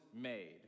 made